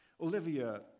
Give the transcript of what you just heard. Olivia